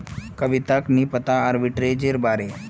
कविताक नी पता आर्बिट्रेजेर बारे